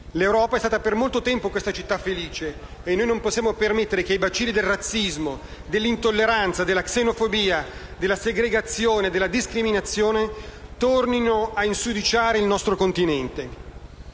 L'Europa è stata per molto tempo questa città felice e noi non possiamo permettere che i bacilli del razzismo, dell'intolleranza, della xenofobia, della segregazione, della discriminazione tornino a insudiciare il nostro continente.